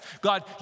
God